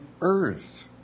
earth